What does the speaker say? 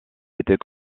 était